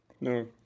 No